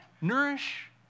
nourish